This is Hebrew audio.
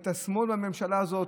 את השמאל בממשלה הזו,